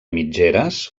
mitgeres